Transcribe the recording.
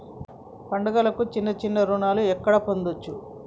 పండుగలకు చిన్న చిన్న రుణాలు ఎక్కడ పొందచ్చు?